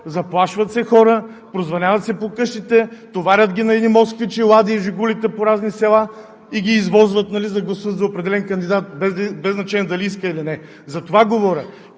заплашват се хора, прозвънява се по къщите, товарят ги на едни москвичи, лади и жигули по разни села и ги извозват, за да гласуват за определен кандидат, без значение дали искат или не. За това говоря.